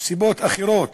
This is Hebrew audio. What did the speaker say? סיבות אחרות,